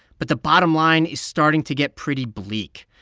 but the bottom line is starting to get pretty bleak.